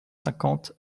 cinquante